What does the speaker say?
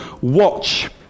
watch